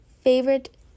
favorite